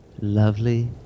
lovely